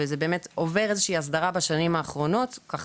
וזה באמת עובר הסדרה בשנים האחרונות כך